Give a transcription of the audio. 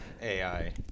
AI